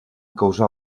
causar